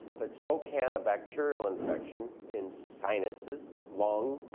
but so can a bacterial infection in sinuses, lung,